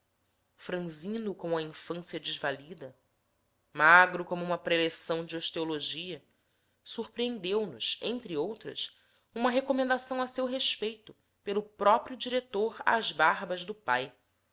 franzino como a infância desvalida magro como uma preleção de osteologia surpreendeunos entre outras uma recomendação a seu respeito pelo próprio diretor às barbas do pai